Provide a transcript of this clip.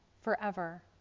forever